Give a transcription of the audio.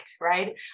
right